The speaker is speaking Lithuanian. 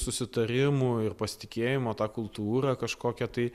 susitarimų ir pasitikėjimo ta kultūra kažkokia tai